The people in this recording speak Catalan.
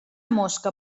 mosca